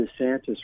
DeSantis